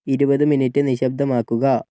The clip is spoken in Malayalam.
ഇരുപത് മിനിറ്റ് നിശബ്ദമാക്കുക